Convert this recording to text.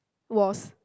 was